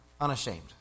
unashamed